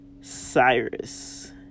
Cyrus